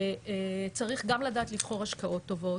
וצריך גם לדעת לבחור השקעות טובות,